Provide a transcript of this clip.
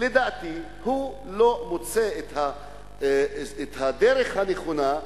לדעתי הוא לא מוצא את הדרך הנכונה,